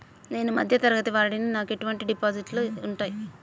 నేను మధ్య తరగతి వాడిని నాకు ఎటువంటి డిపాజిట్లు ఉంటయ్?